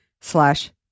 slash